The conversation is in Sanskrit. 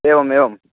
एवमेवम्